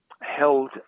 held